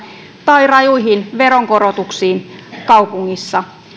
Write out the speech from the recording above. tai rajuihin veronkorotuksiin kaupungissa